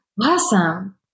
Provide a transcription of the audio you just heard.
Awesome